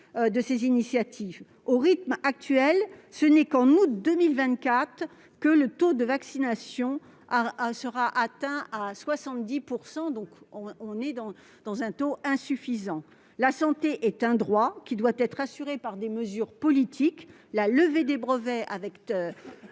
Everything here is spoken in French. de ces initiatives : au rythme actuel, ce n'est qu'en août 2024 qu'un taux de vaccination de 70 % sera atteint ; cela reste insuffisant. La santé est un droit qui doit être assuré par des mesures politiques ; la levée des brevets avec